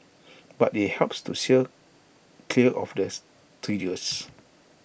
but IT helps to steer clear of the triggers